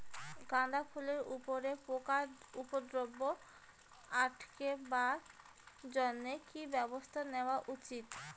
গাঁদা ফুলের উপরে পোকার উপদ্রব আটকেবার জইন্যে কি ব্যবস্থা নেওয়া উচিৎ?